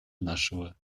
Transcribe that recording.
нашего